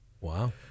Wow